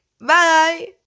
Bye